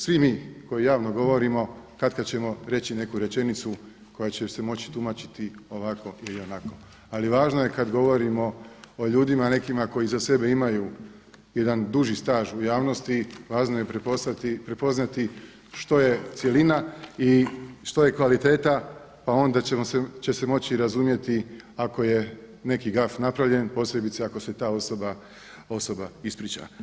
Svi mi koji javno govorimo katkad ćemo reći neku rečenicu koja će se moći tumačiti ovako ili onako, ali važno je kada govorimo o ljudima nekima koji iza sebe imaju jedan duži staž u javnosti, važno je prepoznati što je cjelina i što je kvaliteta pa onda će se moći razumjeti ako je neki gaf napravljen, posebice ako se ta osoba ispriča.